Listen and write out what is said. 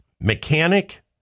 mechanic